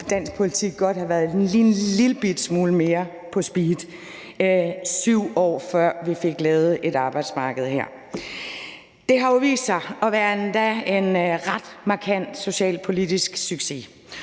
dansk politik godt have været lige en lillebitte smule mere på speed. Det tog 7 år, før vi fik lavet et arbejdsmarked på det her område. Det har jo vist sig at være en endda ret markant socialpolitisk succes